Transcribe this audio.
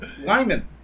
Lyman